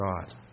God